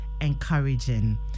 encouraging